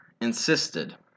insisted